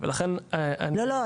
אנחנו יכולים להתקדם הלאה.